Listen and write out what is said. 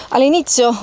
All'inizio